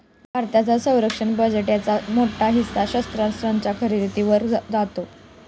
भारताच्या संरक्षण बजेटचा मोठा हिस्सा शस्त्रास्त्रांच्या खरेदीवर जातो